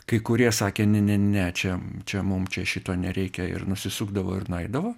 kai kurie sakė ne ne ne čia čia mum čia šito nereikia ir nusisukdavo ir nueidavo